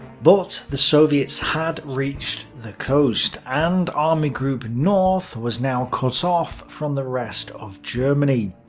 but the soviets had reached the coast, and army group north was now cut off from the rest of germany.